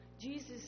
Jesus